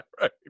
Right